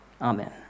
Amen